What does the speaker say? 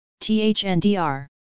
THNDR